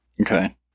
Okay